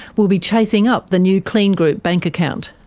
will be chasing up the new kleen group bank account.